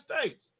States